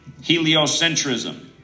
Heliocentrism